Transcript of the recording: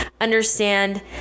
understand